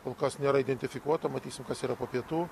kol kas nėra identifikuota matysim kas yra po pietų